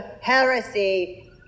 heresy